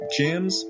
gyms